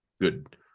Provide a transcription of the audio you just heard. good